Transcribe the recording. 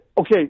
okay